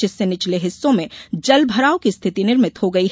जिससे निचले हिस्सो में जल भराव की स्थिति निर्मित हो गयी